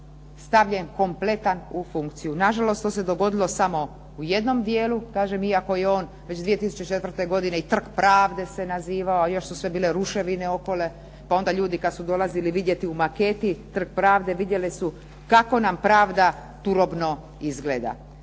stavljen kompletan u funkciju. Nažalost, to se dogodilo damo u jednom dijelu, kažem iako je on već 2004. godine i Trg pravde se nazivao, a još su bile sve ruševine okolo, pa onda ljudi kada su dolazili vidjeti u maketi Trg pravde, vidjeli su kako nam pravda turobno izgleda.